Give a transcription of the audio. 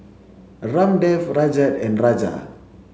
Ramdev Rajat and Raja